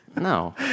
no